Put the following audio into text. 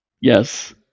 Yes